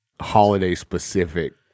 holiday-specific